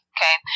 Okay